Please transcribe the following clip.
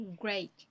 Great